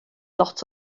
lot